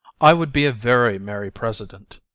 i would be a very merry president.